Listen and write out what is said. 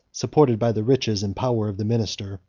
supported by the riches and power of the minister,